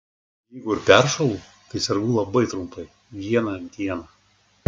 jeigu ir peršąlu tai sergu labai trumpai vieną dieną